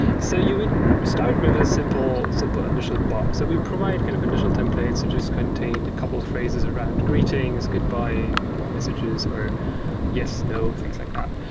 so you would start with a simple simple initial bot. so we provide kind of initial templates that just contain a couple phrases around greetings, goodbye messages, or yes-no, things like that.